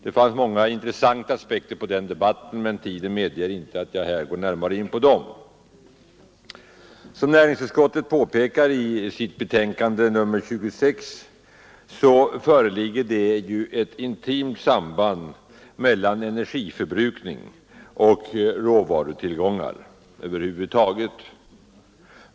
Det framkom många intressanta aspekter i den debatten, men tiden medger inte att jag här går närmare in på dem. Som näringsutskottet påpekar i sitt betänkande nr 26 föreligger det ett intimt samband mellan energiförbrukning och råvarutillgångar över huvud taget.